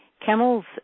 Camels